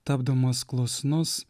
tapdamas klusnus